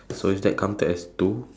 so is that counted as two